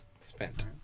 Spent